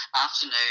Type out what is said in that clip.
afternoon